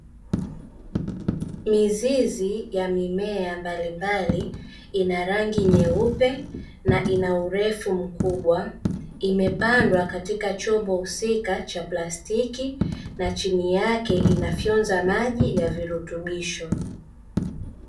Mizizi ya mimea mbalimbali ina rangi nyeupe, na ina urefu mkubwa. Imepandwa katika chombo husika cha plastiki na chini yake inafyonza maji ya virutubisho.